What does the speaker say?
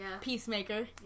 peacemaker